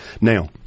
now